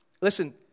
Listen